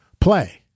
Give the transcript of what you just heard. play